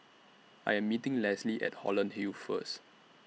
I Am meeting Leslie At Holland Hill First